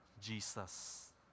Jesus